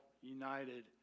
united